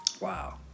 Wow